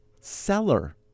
seller